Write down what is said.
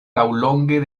laŭlonge